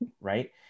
right